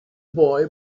boy